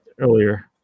earlier